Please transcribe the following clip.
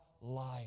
life